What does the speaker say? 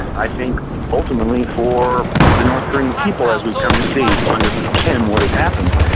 i think openly for the north korean people as we've come to see under kim what has happened.